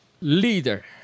leader